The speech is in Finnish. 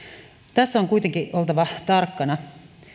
tässä on kuitenkin oltava tarkkana